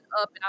up